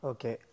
Okay